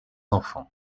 enfants